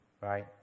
Right